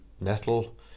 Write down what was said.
nettle